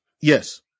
Yes